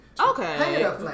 okay